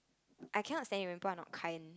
I cannot stand it when people are not kind